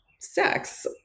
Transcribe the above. sex